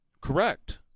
Correct